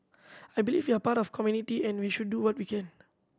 I believe we are part of community and we should do what we can